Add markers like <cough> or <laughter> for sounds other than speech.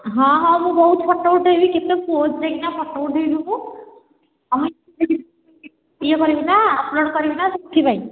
ହଁ ହଁ ମୁଁ ବହୁତ୍ ଫଟୋ ଉଠେଇବି କେତେ ପୋଜ୍ ଦେଇକିନା ଫଟୋ ଉଠେଇବି ମୁଁ <unintelligible> ଇଏ କରିବିନା ଅପ୍ଲୋଡ଼୍ କରିବିନା ସେଥିପାଇଁ